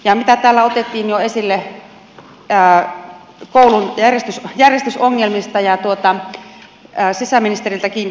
täällä otettiin jo esille koulun järjestysongelmat ja sisäministeriltäkin kysyttiin koulupoliisitoiminnasta